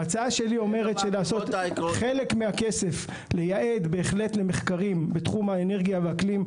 ההצעה שלי אומרת בהחלט לייעד חלק מהכסף למחקרים בתחום האנרגיה והאקלים,